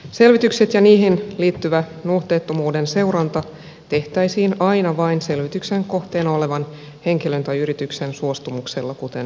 selvitykset ja niihin liittyvä nuhteettomuuden seuranta tehtäisiin aina vain selvityksen kohteena olevan henkilön tai yrityksen suostumuksella kuten jo mainitsin